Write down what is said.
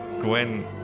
gwen